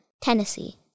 Tennessee